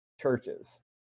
Churches